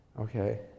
okay